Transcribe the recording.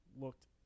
looked